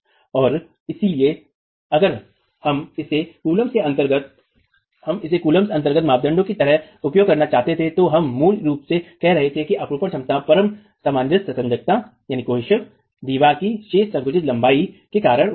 और इसलिए अगर हम इसे कुलाम्ब्स के अंतर्गत मापदंडों की तरह उपयोग करना चाहते थे तो हम मूल रूप से कह रहे हैं कि अपरूपण क्षमता परम सामंजस्यससंजकता दीवार की शेष संकुचित लंबाई के कारण उपलब्ध है